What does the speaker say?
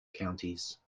counties